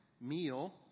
meal